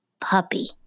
Puppy